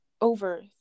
over